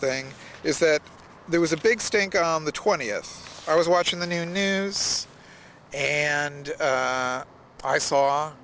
thing is that there was a big stink on the twentieth i was watching the news and i saw